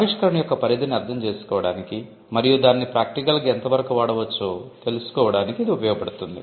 ఆవిష్కరణ యొక్క పరిధిని అర్థం చేసుకోవడానికి మరియు దానిని ప్రాక్టికల్ గా ఎంత వరకు వాడవచ్చో తెలుసుకోవడానికి ఇది ఉపయోగపడుతుంది